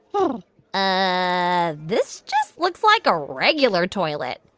um ah this just looks like a regular toilet.